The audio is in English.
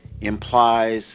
implies